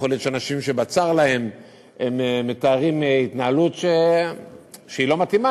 ויכול להיות שאנשים שבצר להם הם מתארים התנהלות שהיא לא מתאימה,